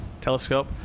telescope